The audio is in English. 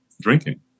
drinking